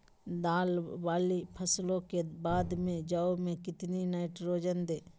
दाल वाली फसलों के बाद में जौ में कितनी नाइट्रोजन दें?